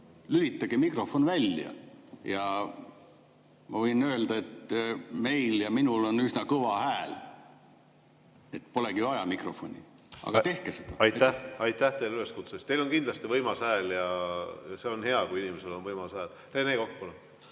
lülitage mikrofon välja! Ma võin öelda, et meil ja ka minul on üsna kõva hääl. Polegi vaja mikrofoni. Nii et tehke seda. Aitäh teile üleskutse eest! Teil on kindlasti võimas hääl ja see on hea, kui inimesel on võimas hääl. Rene Kokk,